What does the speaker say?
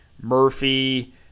Murphy